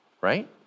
right